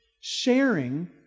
Sharing